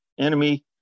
enemy